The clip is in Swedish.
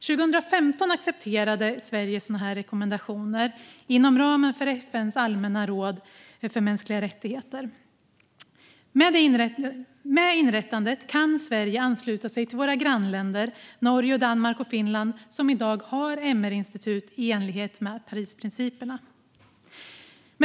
År 2015 accepterade Sverige sådana rekommendationer inom ramen för FN:s allmänna råd för mänskliga rättigheter. Med inrättandet kan Sverige ansluta sig till sina grannländer Norge, Danmark och Finland som i dag har MR-institut i enlighet med Parisprinciperna.